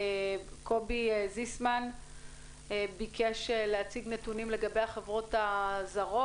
קובי זיסמן ביקש להציג נתונים לגבי החברות הזרות.